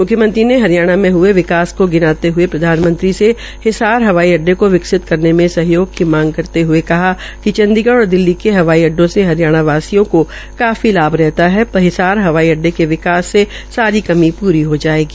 मुख्यमंत्री ने हरियाणा में हये विकास को गिनाते हये प्रधानमंत्री से हिसार हवाई अड्डे को विकसित करने में सहयोग की मांग करते हुए कहा कि चंडीगढ़ और दिल्ली के हवाई अड्डो से हरियाणा वासियों को काफी लाभ रहता है पर हिसार हवाई अड्डे के विकास से सारी कमी प्री जो जायेगी